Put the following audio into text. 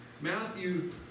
Matthew